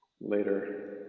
Later